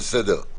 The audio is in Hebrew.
בסדר.